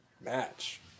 match